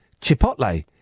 Chipotle